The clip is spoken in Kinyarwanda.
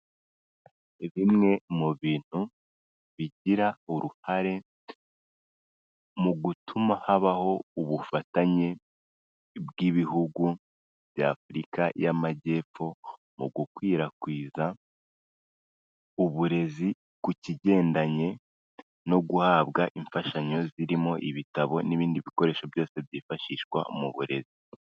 Bimwe mu bintu bigira uruhare mu gutuma habaho ubufatanye bw'ibihugu bya Afurika y'amajyepfo, mu gukwirakwiza uburezi ku kigendanye no guhabwa imfashanyo zirimo ibitabo, n'ibindi bikoresho byose byifashishwa mu burezi.